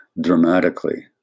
dramatically